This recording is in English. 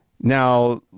Now